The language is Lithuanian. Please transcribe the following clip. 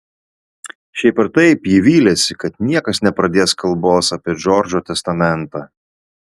šiaip ar taip ji vylėsi kad niekas nepradės kalbos apie džordžo testamentą